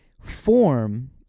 form